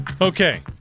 Okay